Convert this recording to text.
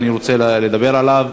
שאני רוצה לדבר עליו: